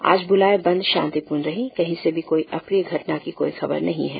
आज बुलाए बंद शांतिपूर्ण रही कही से भी कोई अप्रिय घटना की कोई खबर नहीं है